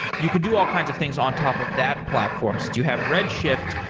you can do all kinds of things on top of that platform. since you have red shift,